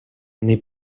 nei